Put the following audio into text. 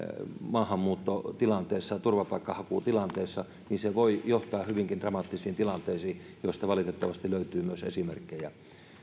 maahanmuuttotilanteessa turvapaikanhakutilanteessa se voi johtaa hyvinkin dramaattisiin tilanteisiin joista valitettavasti myös löytyy myös esimerkkejä